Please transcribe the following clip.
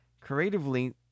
creatively